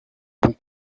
bons